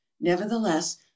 nevertheless